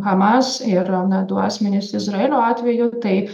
hamas ir na du asmenys izraelio atveju tai